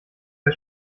des